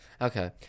Okay